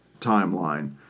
timeline